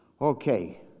Okay